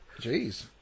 Jeez